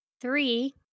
three